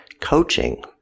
coaching